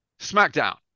Smackdown